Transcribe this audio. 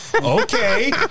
okay